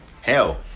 Hell